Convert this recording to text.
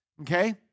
Okay